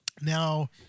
Now